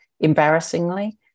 Embarrassingly